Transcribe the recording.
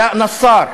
עלאא נסאר,